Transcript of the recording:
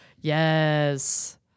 Yes